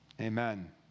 Amen